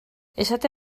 esate